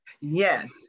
Yes